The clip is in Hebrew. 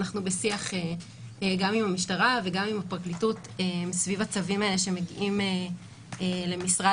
בשיח גם עם המשטרה וגם עם הפרקליטות סביב הצווים האלה שמגיעים למשרד